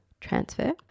transfer